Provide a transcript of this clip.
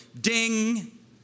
ding